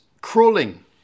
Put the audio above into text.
crawling